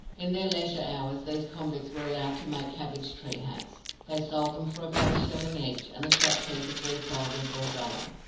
in their leisure hours these convicts were allowed to make cabbage-tree hats. they sold them for about a shilling each, and the shop-keepers resold them for a dollar.